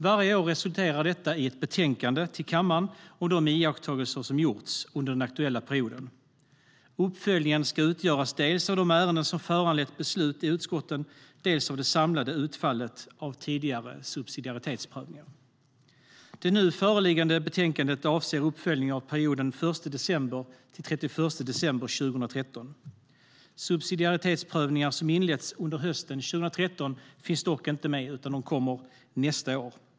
Varje år resulterar detta i ett betänkande till kammaren om de iakttagelser som gjorts under den aktuella perioden. Uppföljningen ska utgöras dels av de ärenden som föranlett beslut i utskotten, dels av det samlade utfallet av tidigare subsidiaritetsprövningar. Det nu föreliggande betänkandet avser uppföljning av perioden från och med den 1 december till och med den 31 december 2013. Subsidiaritetsprövningar som inletts under hösten 2013 finns dock inte med, utan kommer med nästa år.